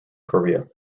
korea